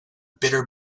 bitter